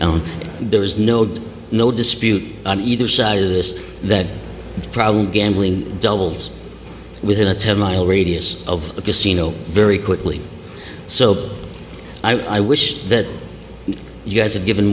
no there is no doubt no dispute either side of this that problem gambling doubles within a ten mile radius of the casino very quickly so i wish that you guys have given